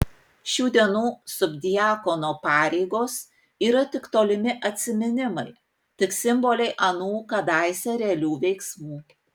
šių dienų subdiakono pareigos yra tik tolimi atsiminimai tik simboliai anų kadaise realių veiksmų